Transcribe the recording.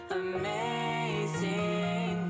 amazing